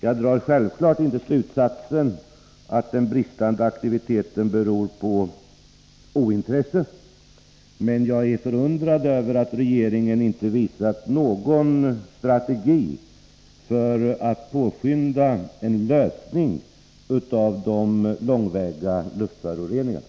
Jag drar självklart inte slutsatsen att den bristande aktiviteten beror på ointresse, men jag är förundrad över att regeringen inte visat någon strategi för att påskynda en lösning i fråga om de långväga luftföroreningarna.